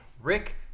Rick